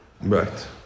Right